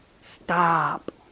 Stop